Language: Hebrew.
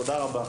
תודה רבה.